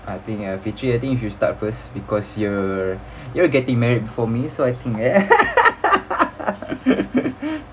I think ah fitri I think you should start first because you're you're getting married before me so I think eh